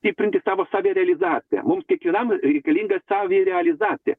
stiprinti tavo savirealizaciją mums kiekvienam reikalinga savirealizacija